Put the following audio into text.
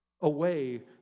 away